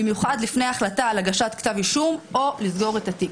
במיוחד לפני החלטה על הגשת כתב אישום או לסגור את התיק.